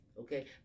Okay